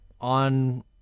on